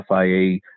FIA